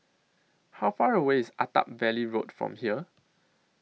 How Far away IS Attap Valley Road from here